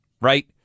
right